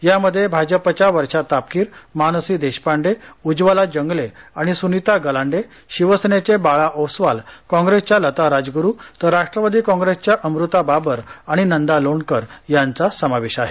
यामध्ये भाजपच्या वर्षा तापकीर मानसी देशपांडे उज्ज्वला जंगले आणि सुनीता गलांडे शिवसेनेचे बाळा ओसवाल काँग्रेसच्या लता राजगुरू तर राष्ट्रवादी काँग्रेसच्या अमृता बाबर आणि नंदा लोणकर यांचा समावेश आहे